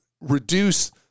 reduce